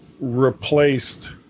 replaced